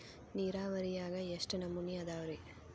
ನೇರಾವರಿಯಾಗ ಎಷ್ಟ ನಮೂನಿ ಅದಾವ್ರೇ?